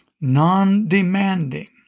non-demanding